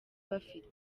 bafite